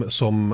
som